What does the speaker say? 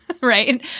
right